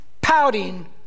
pouting